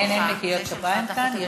אין מחיאות כפיים כאן.